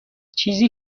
چیزی